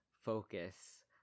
focus